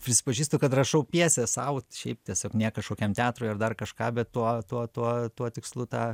prisipažįstu kad rašau pjesę sau šiaip tiesiog ne kažkokiam teatrui ar dar kažką bet tuo tuo tuo tuo tikslu tą